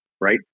right